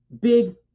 Big